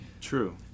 True